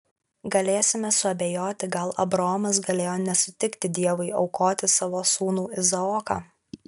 galėsime suabejoti gal abraomas galėjo nesutikti dievui aukoti savo sūnų izaoką